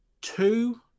two